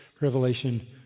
Revelation